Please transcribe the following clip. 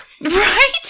Right